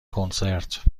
کنسرت